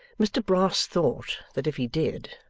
mr brass thought that if he did,